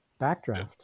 Backdraft